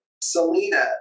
Selena